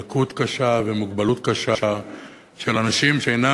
היא לקות קשה ומוגבלות קשה של אנשים שאינם